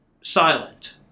silent